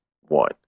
one